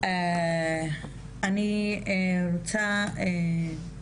בקשה מעודכנת ונעביר אותה לשרה הנוכחית לבחינה,